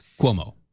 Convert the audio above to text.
Cuomo